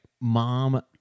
mom